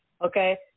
Okay